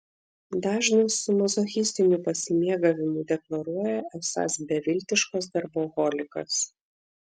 dažnas su mazochistiniu pasimėgavimu deklaruoja esąs beviltiškas darboholikas